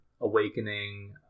awakening